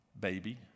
baby